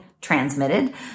transmitted